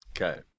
Okay